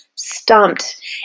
stumped